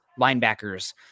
linebackers